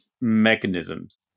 mechanisms